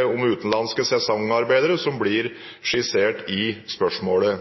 om utenlandske sesongarbeidere som blir skissert i spørsmålet.